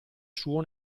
suo